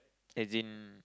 as in